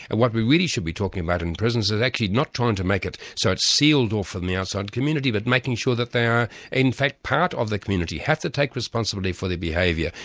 and what we really should be talking about in prisons, is actually not trying to make it so it's sealed off from the outside community, but making sure that they are in fact part of the community, have to take responsibility for their behaviour,